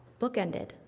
bookended